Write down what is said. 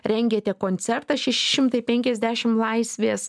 rengiate koncertą šeši šimtai penkiasdešimt laisvės